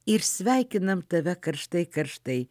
ir sveikinam tave karštai karštai